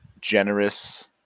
generous